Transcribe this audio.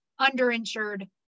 underinsured